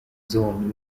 zone